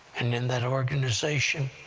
and in that organization,